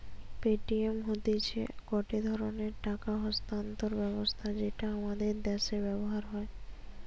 Paytm হতিছে গটে ধরণের টাকা স্থানান্তর ব্যবস্থা যেটা আমাদের দ্যাশে ব্যবহার হয়